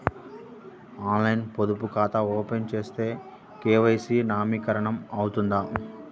ఆన్లైన్లో పొదుపు ఖాతా ఓపెన్ చేస్తే కే.వై.సి నవీకరణ అవుతుందా?